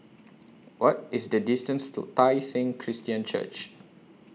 What IS The distance to Tai Seng Christian Church